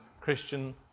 Christian